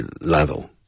lado